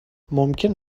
ممکن